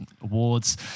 awards